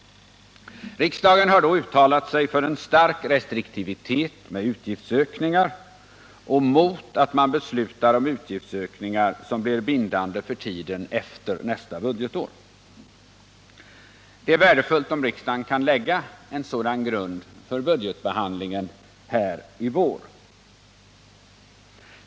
Riksdagen har då uttalat sig för en stark restriktivitet med utgiftsökningar och mot att man beslutar om utgiftsökningar som blir bindande för tiden efter nästa budgetår. Det är värdefullt om riksdagen kan lägga en sådan grund för budgetbehandlingen häri vår.